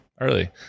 Early